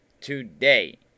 today